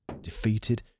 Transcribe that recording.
Defeated